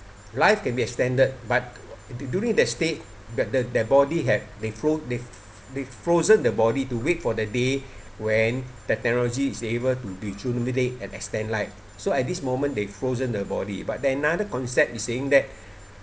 life can be extended but during that state their their body had they fro~ they they frozen the body to wait for the day when the technology is able to and extend life so at this moment they frozen the body but the another concept is saying that